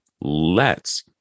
lets